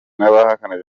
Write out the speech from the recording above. n’abahakana